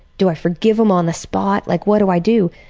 do i forgive him on the spot? like what do i do?